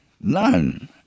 None